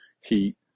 heat